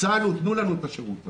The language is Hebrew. נפצענו תנו לנו את השירות הזה.